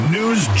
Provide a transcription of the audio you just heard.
News